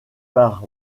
par